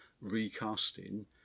recasting